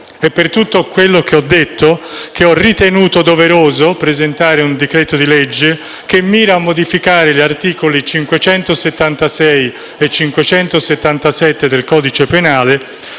È per tutto quello che ho detto che ho ritenuto doveroso presentare un disegno di legge che mira a modificare gli articoli 576 e 577 del codice penale,